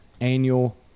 annual